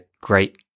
great